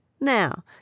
Now